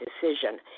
decision